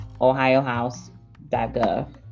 OhioHouse.gov